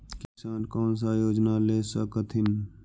किसान कोन सा योजना ले स कथीन?